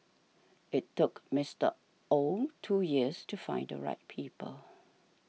it took Mister Ow two years to find the right people